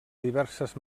diverses